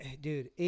Dude